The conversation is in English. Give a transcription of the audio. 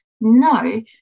no